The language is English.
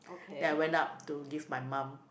then I went up to give my mum